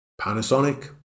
Panasonic